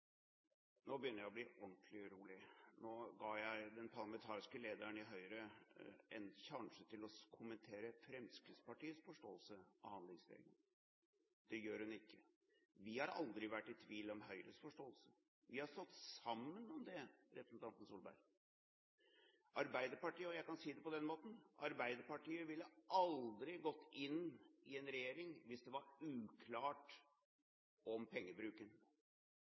Nå begynner jeg å bli ordentlig urolig. Nå ga jeg den parlamentariske lederen for Høyre en sjanse til å kommentere Fremskrittspartiets forståelse av handlingsregelen. Det gjør hun ikke. Vi har aldri vært i tvil om Høyres forståelse. Vi har stått sammen om det, representanten Solberg. Jeg kan si det på den måten: Arbeiderpartiet ville aldri gått inn i en regjering hvis det var uklart om pengebruken.